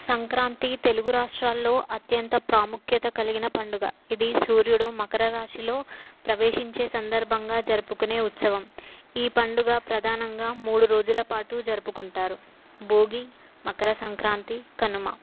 సంక్రాంతి తెలుగు రాష్ట్రాలలో అత్యంత ప్రాముఖ్యత కలిగిన పండుగ ఇది సూర్యుడు మకర రాశిలో ప్రవేశించే సందర్భంగా జరుపుకునే ఉత్సవం ఈ పండుగ ప్రధానంగా మూడు రోజులపాటు జరుపుకుంటారు భోగి మకర సంక్రాంతి కనుమ